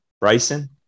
Bryson